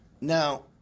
Now